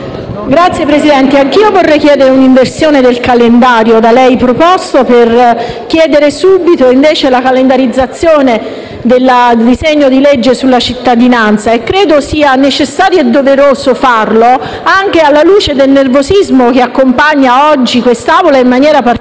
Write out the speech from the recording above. Signor Presidente, anche io vorrei proporre un'inversione del calendario da lei proposto per chiedere subito la calendarizzazione del disegno di legge sulla cittadinanza e credo sia necessario e doveroso farlo anche alla luce del nervosismo che accompagna oggi quest'Assemblea e, in particolare,